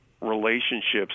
relationships